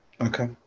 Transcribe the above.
Okay